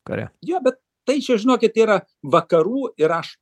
kare jo bet tai čia žinokit yra vakarų ir aš